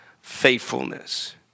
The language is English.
faithfulness